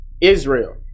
Israel